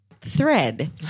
thread